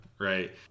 right